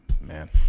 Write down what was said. Man